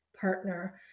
partner